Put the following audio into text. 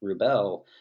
Rubel